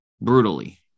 brutally